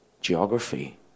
geography